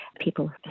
people